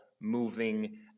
moving